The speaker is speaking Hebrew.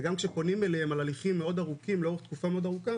וגם כשפונים אליהם על הליכים מאוד ארוכים לאורך תקופה מאוד ארוכה